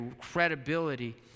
credibility